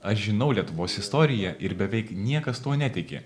aš žinau lietuvos istoriją ir beveik niekas tuo netiki